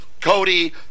Cody